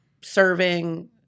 serving